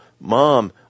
Mom